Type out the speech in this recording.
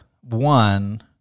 one